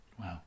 Wow